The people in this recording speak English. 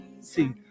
See